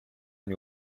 nie